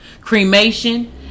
Cremation